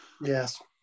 Yes